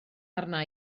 arna